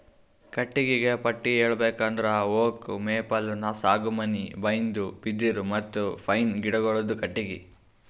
ಕಟ್ಟಿಗಿಗ ಪಟ್ಟಿ ಹೇಳ್ಬೇಕ್ ಅಂದ್ರ ಓಕ್, ಮೇಪಲ್, ಸಾಗುವಾನಿ, ಬೈನ್ದು, ಬಿದಿರ್ ಮತ್ತ್ ಪೈನ್ ಗಿಡಗೋಳುದು ಕಟ್ಟಿಗಿ